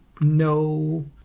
no